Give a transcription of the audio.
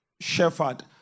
shepherd